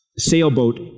sailboat